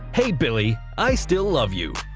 hey billy i still love you